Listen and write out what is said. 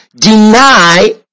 deny